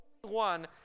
one